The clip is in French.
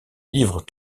livre